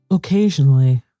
Occasionally